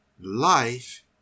Life